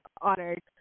honored